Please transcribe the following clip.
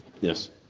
Yes